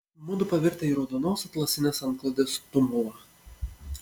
mudu pavirtę į raudonos atlasinės antklodės tumulą